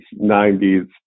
90s